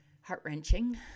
heart-wrenching